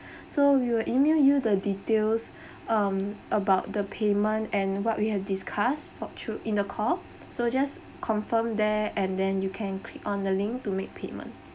so we will email you the details um about the payment and what we have discussed put through in the call so just confirm there and then you can click on the link to make payment